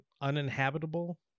uninhabitable